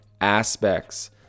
aspects